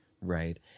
Right